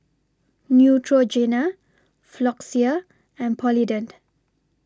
Neutrogena Floxia and Polident